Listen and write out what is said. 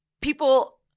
people